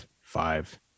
five